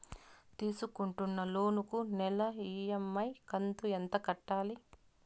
తీసుకుంటున్న లోను కు నెల ఇ.ఎం.ఐ కంతు ఎంత కట్టాలి?